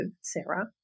Sarah